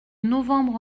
novembre